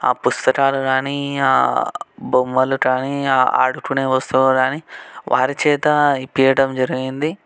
ఆ పుస్తకాలు కానీ ఆ బొమ్మలు కానీ ఆ ఆడుకునే వస్తువు కానీ వారి చేత ఇప్పించడం జరిగింది